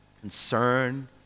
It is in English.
concern